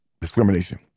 discrimination